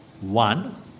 One